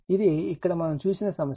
ఇది ఇక్కడ మనము వ్రాసిన సమస్య